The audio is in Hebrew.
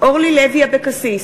אורלי לוי אבקסיס,